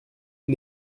que